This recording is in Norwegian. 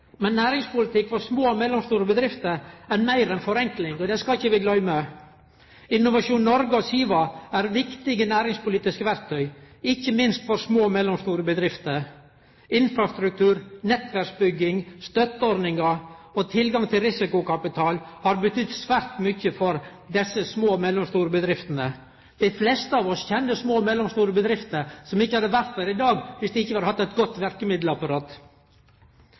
Men næringspolitikk for små og mellomstore bedrifter er meir enn forenkling, og det skal vi ikkje gløyme. Innovasjon Norge og SIVA er viktige næringspolitiske verktøy, ikkje minst for små og mellomstore bedrifter. Infrastruktur, nettverksbygging, støtteordningar og tilgang til risikokapital har betydd svært mykje for desse små og mellomstore bedriftene. Dei fleste av oss kjenner små og mellomstore bedrifter som ikkje hadde vore der i dag, dersom det ikkje hadde vore eit godt